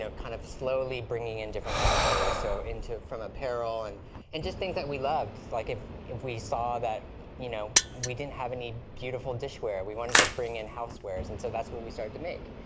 so kind of slowly bringing in different categories. so from apparel and and just things that we loved. like, if if we saw that you know we didn't have any beautiful dishware, we wanted to bring in housewares, and so that's what we started to make.